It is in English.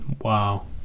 wow